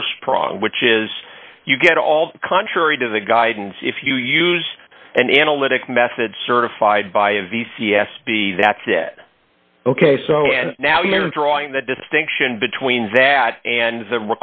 prong which is you get all contrary to the guidance if you use an analytic method certified by a v c s p that's it ok so now you're drawing the distinction between that and the